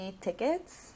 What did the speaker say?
tickets